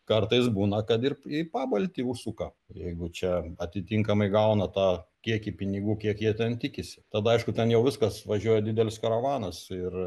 kartais būna kad ir į pabaltį užsuka ir jeigu čia atitinkamai gauna tą kiekį pinigų kiek jie ten tikisi tada aišku ten jau viskas važiuoja didelis karavanas ir